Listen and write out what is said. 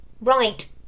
right